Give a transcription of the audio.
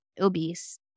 obese